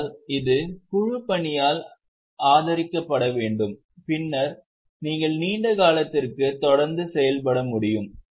ஆனால் இது குழுப்பணியால் ஆதரிக்கப்பட வேண்டும் பின்னர் நீங்கள் நீண்ட காலத்திற்கு தொடர்ந்து செயல்பட முடியும்